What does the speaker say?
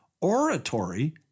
oratory